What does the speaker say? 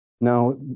Now